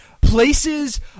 places